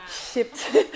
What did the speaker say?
shipped